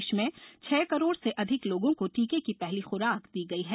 देश में छह करोड़ से अधिक लोगों को टीके की पहली खुराक दी गई है